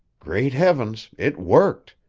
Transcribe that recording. great heavens, it worked!